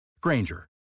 Granger